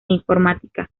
informática